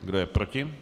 Kdo je proti?